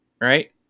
right